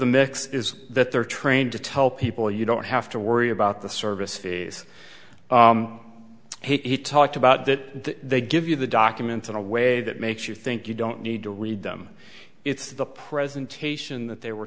the mix is that they're trained to tell people you don't have to worry about the service fees he talked about that they give you the documents in a way that makes you think you don't need to read them it's the presentation that they were